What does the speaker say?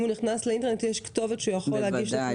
אם הוא נכנס לאינטרנט יש כתובת שהוא יכול להגיש תלונה?